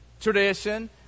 tradition